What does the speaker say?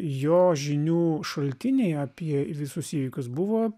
jo žinių šaltiniai apie visus įvykius buvo